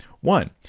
One